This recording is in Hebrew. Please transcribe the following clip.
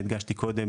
שהדגשתי קודם,